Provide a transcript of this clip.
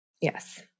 Yes